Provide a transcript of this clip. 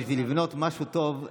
בשביל לבנות משהו טוב,